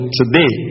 today